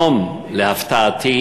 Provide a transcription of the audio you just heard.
להפתעתי